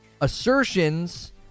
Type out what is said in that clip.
Assertions